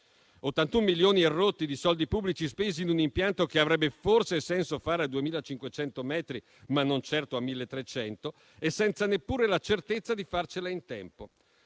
81 milioni e rotti di soldi pubblici spesi per un impianto che avrebbe forse senso fare a 2.500 metri, ma non certo a 1.300, senza neppure la certezza di farcela in tempo.